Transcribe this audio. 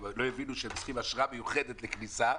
ולא הבינו שהם צריכים אשרה מיוחדת לכניסה,